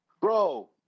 Bro